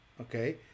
okay